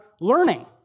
learning